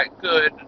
good